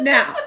Now